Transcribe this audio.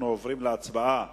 אנחנו עוברים להצבעה.